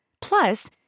Plus